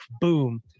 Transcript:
boom